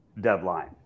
deadline